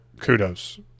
Kudos